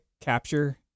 capture